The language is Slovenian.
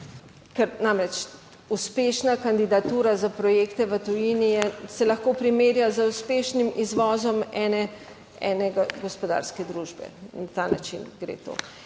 ker namreč, uspešna kandidatura za projekte v tujini se lahko primerja z uspešnim izvozom ene, ene gospodarske družbe, na ta način gre to-